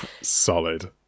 solid